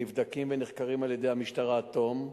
נבדקים ונחקרים על-ידי המשטרה עד תום,